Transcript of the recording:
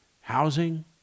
housing